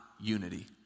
unity